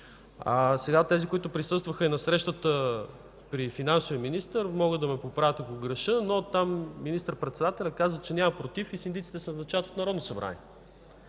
Тези, които присъстваха и на срещата при финансовия министър, могат да ме поправят, ако греша. Там министър-председателят каза, че няма против и синдиците се назначават от Народното събрание.